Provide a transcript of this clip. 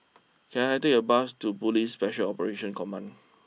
can I take a bus to police special Operations Command